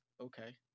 okay